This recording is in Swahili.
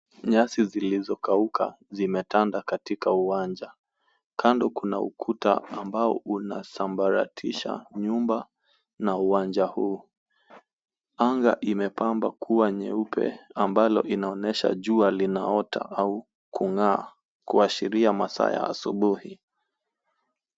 Nyasi zilizokauka, zimetanda katika uwanja. Kando, kuna ukuta ambao unasambaratisha nyumba na uwanja huu. Anga imepamba kuwa nyeupe ambalo inaonyesha jua linaota au kung'aa, kuashiria masaa ya asubuhi.